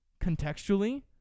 contextually